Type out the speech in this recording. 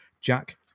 Jack